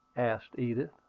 asked edith,